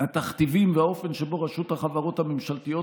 התכתיבים והאופן שבו רשות החברות הממשלתיות